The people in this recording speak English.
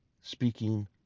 speaking